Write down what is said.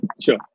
sure